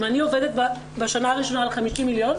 אם אני עובדת בשנה הראשונה על 50 מיליון,